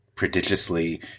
Prodigiously